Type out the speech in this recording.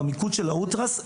במיקוד של האולטראס,